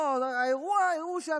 האירוע ההוא שאת,